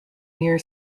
near